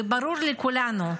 וברור לכולנו,